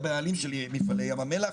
הבעלים של מפעלי ים המלח,